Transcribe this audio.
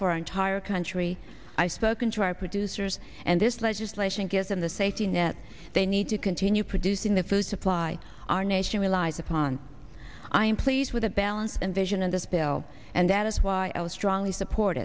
our entire country i spoken to our producers and this legislation gives them the safety net they need to continue producing the food supply our nation relies upon i am pleased with the balance envisioned in this bill and that is why i will strongly support